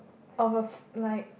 of a like